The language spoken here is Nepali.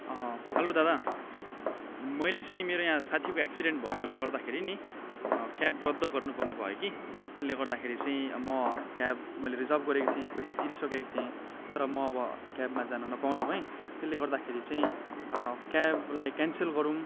हेलो दादा मैले चाहिँ मेरो यहाँ साथीको एक्सिडेन्ट भएकोले गर्दाखेरि नि क्याब रद्द गर्नु पर्ने भयो कि त्यसले गर्दाखेरि चाहिँ म क्याब मैले रिजर्भ गरेको थिएँ पैसा तिरिसकेको थिएँ तर म अब क्याबमा जान नपाउने भए त्यसले गर्दाखेरि चाहिँ क्याबलाई क्यान्सल गरौँ